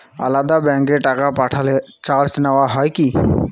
আলাদা ব্যাংকে টাকা পাঠালে চার্জ নেওয়া হয় কি?